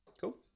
Cool